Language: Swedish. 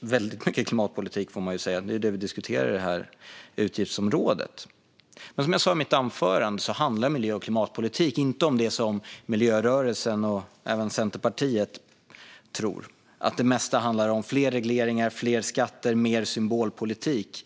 väldigt mycket klimatpolitik. Det är ju det utgiftsområdet vi diskuterar nu. Men som jag sa i mitt anförande handlar miljö och klimatpolitik inte om det miljörörelsen och även Centerpartiet tror: fler regleringar, fler skatter och mer symbolpolitik.